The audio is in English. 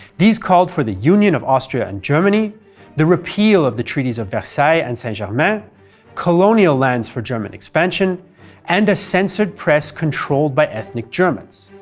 these called for the union of austria and germany repeal of the treaties of versailles and saint germain colonial lands for german expansion and a censored press controlled by ethnic germans.